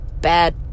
Bad